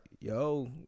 yo